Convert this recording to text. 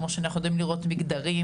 כמו שאנחנו יודעים לראות מגדרים,